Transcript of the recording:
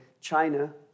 China